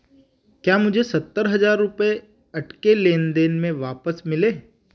क्या मुझे सत्तर हज़ार रुपये अटके लेन देन से वापस मिले